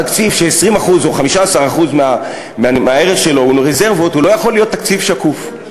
תקציב ש-20% או 15% מהערך שלו הוא לרזרבות לא יכול להיות תקציב שקוף.